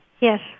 Yes